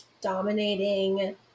dominating